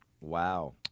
Wow